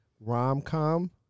rom-com